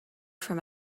from